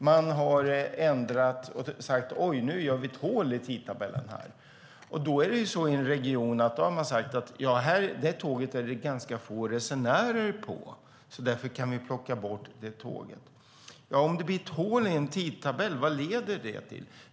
Man har ändrat och gjort hål i tidtabellen. I en region har man sagt att det är ganska få resenärer på ett tåg och därför kan man plocka bort det tåget. Om det blir hål i en tidtabell, vad leder det till?